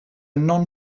non